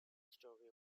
story